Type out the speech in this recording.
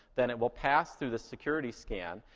then it will pass through the security scan.